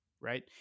right